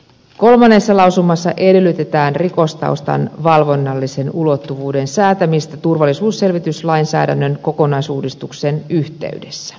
kolmannessa lausumassa edellytetään rikostaustan valvonnallisen ulottuvuuden säätämistä turvallisuusselvityslainsäädännön kokonaisuudistuksen yhteydessä